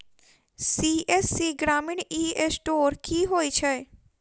CSC ग्रामीण e store की होइ छै?